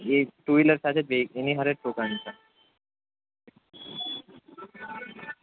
એ જ two wheeler સાથે બે એની સાથે જ ઠોકાણી છે